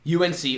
UNC